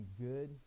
good